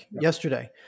yesterday